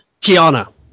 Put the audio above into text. Kiana